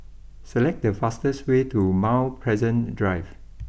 select the fastest way to Mount Pleasant Drive